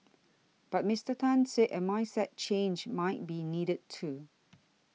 but Mister Tan said a mindset change might be needed too